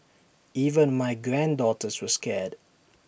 even my granddaughters were scared